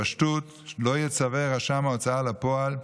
בפשטות, "לא יצווה רשם ההוצאה לפועל,